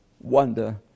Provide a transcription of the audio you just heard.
wonder